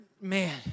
man